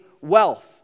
wealth